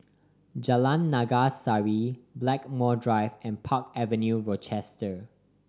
Jalan Naga Sari Blackmore Drive and Park Avenue Rochester